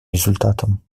результатам